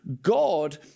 God